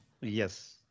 Yes